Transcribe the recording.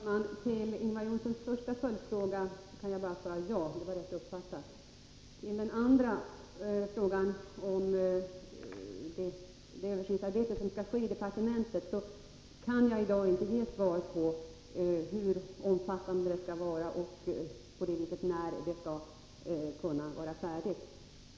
Herr talman! På Ingvar Johnssons första följdfråga kan jag bara svara ja, det var rätt uppfattat. När det gäller den andra frågan, om det översiktsarbete som skall ske i departementet, kan jag i dag inte säga hur omfattande det kommer att vara och när det kan vara färdigt.